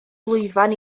lwyfan